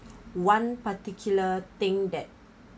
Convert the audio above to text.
one particular thing that